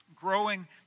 growing